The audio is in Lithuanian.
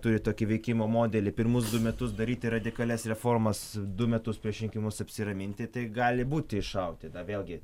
turi tokį veikimo modelį pirmus du metus daryti radikalias reformas du metus prieš rinkimus apsiraminti tai gali būti iššauti na vėlgi